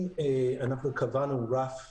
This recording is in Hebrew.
אם אנחנו קבענו רף מסוים,